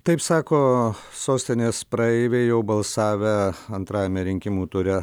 taip sako sostinės praeiviai jau balsavę antrajame rinkimų ture